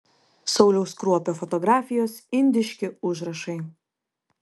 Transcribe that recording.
sauliaus kruopio fotografijos indiški užrašai